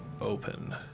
open